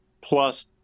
plus